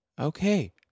okay